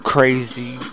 Crazy